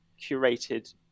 curated